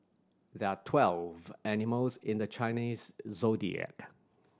there are twelve animals in the Chinese Zodiac